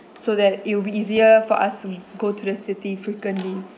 so that it will be easier for us we go to the city frequently